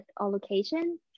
allocation